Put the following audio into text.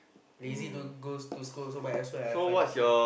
lazy to go to school so might as well I find a